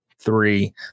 three